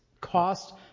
cost